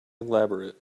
elaborate